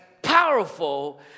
powerful